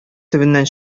төбеннән